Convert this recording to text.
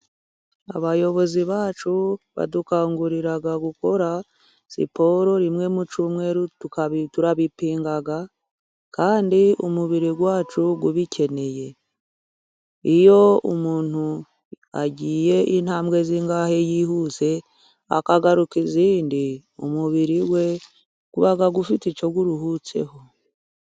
Abayobozi bacu badukangurira gukora siporo rimwe mu cyumweru, turabipinga, kandi umubiri wacu ubikeneye. Iyo umuntu agiye intambwe zingahe yihuse akagaruka izindi, umubiri we uba ufite icyo uruhutseho.